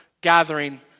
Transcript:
gathering